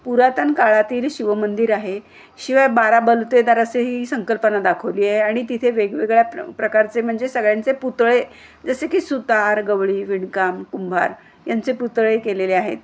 पुरातन काळातील शिव मंदिर आहे शिवाय बारा बलुतेदारास ही संकल्पना दाखवली आहे आणि तिथे वेगवेगळ्या प्र प्रकारचे म्हणजे सगळ्यांचे पुतळे जसे की सुतार गवळी विणकाम कुंभार यांचे पुतळे केलेले आहेत